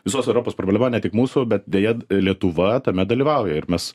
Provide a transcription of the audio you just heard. visos europos problema ne tik mūsų bet deja lietuva tame dalyvauja ir mes